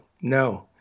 no